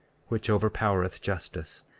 which overpowereth justice,